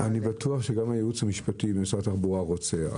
אני בטוח שגם הייעוץ המשפטי במשרד התחבורה רוצה.